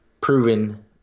proven